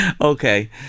Okay